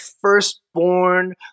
firstborn